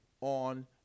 on